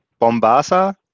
Bombasa